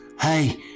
Hey